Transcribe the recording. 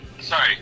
Sorry